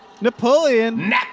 Napoleon